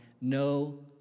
No